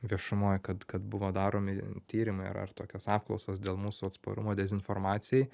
viešumoj kad kad buvo daromi tyrimai ar tokios apklausos dėl mūsų atsparumo dezinformacijai